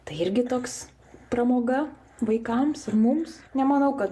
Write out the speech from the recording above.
tai irgi toks pramoga vaikams ir mums nemanau kad